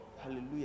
Hallelujah